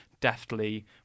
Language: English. deftly